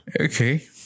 Okay